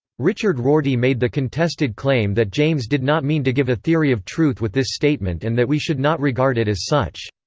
richard rorty made the contested claim that james did not mean to give a theory of truth with this statement and that we should not regard it as such.